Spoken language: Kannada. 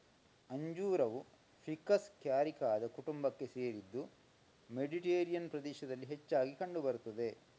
ಅಂಜೂರವು ಫಿಕಸ್ ಕ್ಯಾರಿಕಾದ ಕುಟುಂಬಕ್ಕೆ ಸೇರಿದ್ದು ಮೆಡಿಟೇರಿಯನ್ ಪ್ರದೇಶದಲ್ಲಿ ಹೆಚ್ಚಾಗಿ ಕಂಡು ಬರುತ್ತದೆ